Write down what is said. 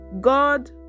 God